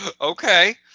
okay